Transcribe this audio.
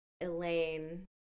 Elaine